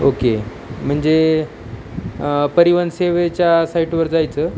okay म्हणजे परिवहनसेवेच्या साईटवर जायचं